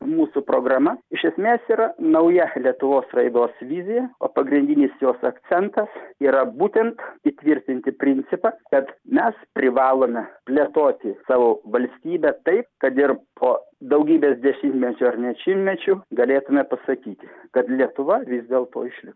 mūsų programa iš esmės yra nauja lietuvos raidos vizija o pagrindinis jos akcentas yra būtent įtvirtinti principą kad mes privalome plėtoti savo valstybę tai kad ir po daugybės dešimtmečių ar net šimtmečių galėtumėme pasakyti kad lietuva vis dėlto išliko